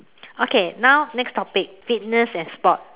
okay now next topic fitness and sport